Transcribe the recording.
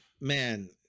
man